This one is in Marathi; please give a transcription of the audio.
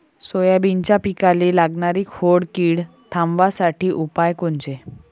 सोयाबीनच्या पिकाले लागनारी खोड किड थांबवासाठी उपाय कोनचे?